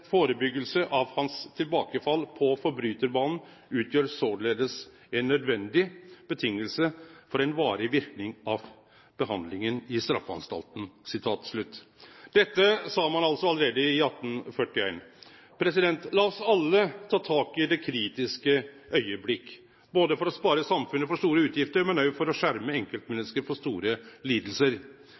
Forebyggelse af hans Tilbagefald paa Forbryderbanen udgjør saaledes en nødvendig Betingelse for en varig Virkning af Behandlingen i Strafanstalten Dette sa ein altså allereie i 1841. Lat oss alle ta tak i «det kritiske Øieblik», både for å spare samfunnet for store utgifter og også for å skjerme enkeltmenneske for store